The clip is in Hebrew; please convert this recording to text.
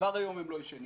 כבר היום הם לא ישנים.